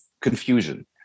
confusion